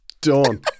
done